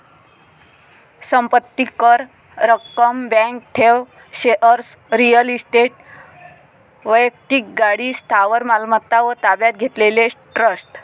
संपत्ती कर, रक्कम, बँक ठेव, शेअर्स, रिअल इस्टेट, वैक्तिक गाडी, स्थावर मालमत्ता व ताब्यात घेतलेले ट्रस्ट